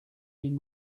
been